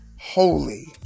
holy